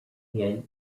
and